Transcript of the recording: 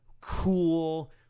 cool